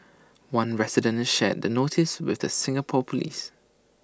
one resident shared the notice with the Singapore Police